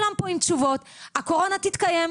אבל הם עוד לא ישבו --- בכוונה אני רוצה לדעת.